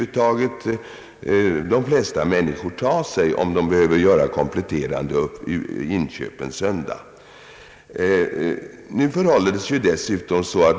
Dit kan de flesta människor ta sig, om de behöver göra kompletterande inköp på en söndag.